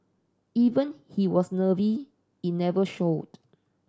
even he was nervy in never showed